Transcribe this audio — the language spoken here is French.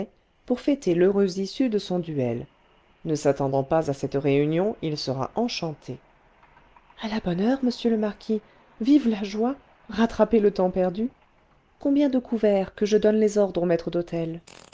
pour fêter l'heureuse issue de son duel ne s'attendant pas à cette réunion il sera enchanté à la bonne heure monsieur le marquis vive la joie rattrapez le temps perdu combien de couverts que je donne les ordres au maître d'hôtel